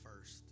first